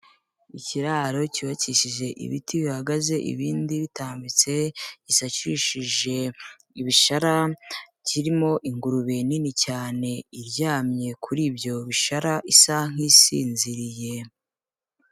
Ikiraro cyubakishije ibiti bihagaze ibindi bitambitse, gisashishije ibishara, kirimo ingurube nini cyane iryamye kuri byo bishara isa nk'isinziriye.